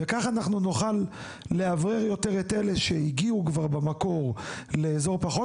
וכך אנחנו נוכל לאוורר יותר את אלו שהגיעו כבר במקור לאזור פחות